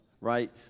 right